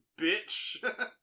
bitch